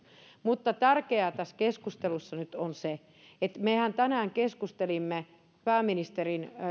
mutta tärkeää tässä keskustelussa nyt on se että mehän tänään keskustelimme pääministerin